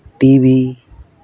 TV